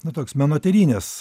na toks menotyrinis